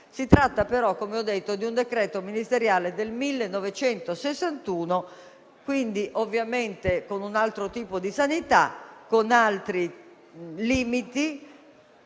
Si tratta, però, come ho detto, di un decreto ministeriale del 1961, quindi con un altro tipo di sanità, con altri limiti;